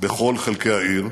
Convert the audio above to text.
בכל חלקי העיר.